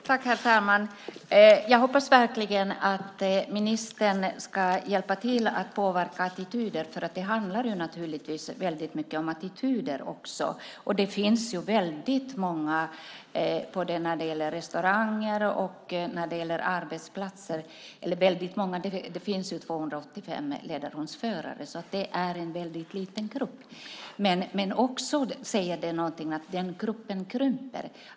Herr talman! Jag hoppas verkligen att ministern hjälper till att påverka attityder, för det handlar naturligtvis också mycket om attityder. Det finns 285 ledarhundsförare. Det är alltså en väldigt liten grupp. Det säger också någonting att gruppen krymper.